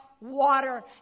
water